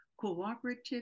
cooperative